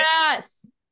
Yes